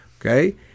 Okay